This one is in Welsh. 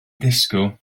disgwyl